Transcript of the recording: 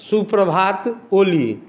शुभ प्रभात ओली